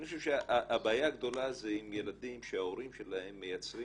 אני חושב שהבעיה הגדולה זה עם ילדים שההורים שלהם מייצרים